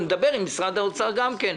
נדבר עם משרד האוצר גם כן.